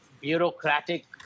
bureaucratic